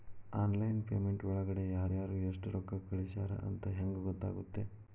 Online payment ಒಳಗಡೆ ಯಾರ್ಯಾರು ಎಷ್ಟು ರೊಕ್ಕ ಕಳಿಸ್ಯಾರ ಅಂತ ಹೆಂಗ್ ಗೊತ್ತಾಗುತ್ತೆ?